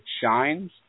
shines